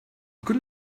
could